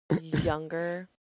younger